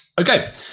Okay